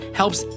helps